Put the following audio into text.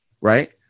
right